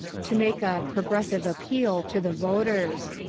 to make a progressive appeal to the voters.